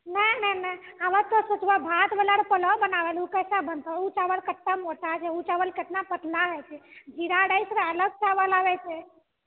नहि नहि नहि ओ चावल कते मोटा छौ ओ चावल केतना पतला होइ छै जीरा राइस लए अलग चावल आबै छै